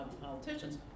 politicians